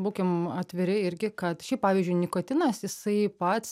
būkim atviri irgi kad šiaip pavyzdžiui nikotinas jisai pats